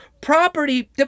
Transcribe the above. property